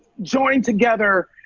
joined together